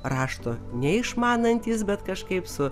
rašto neišmanantys bet kažkaip su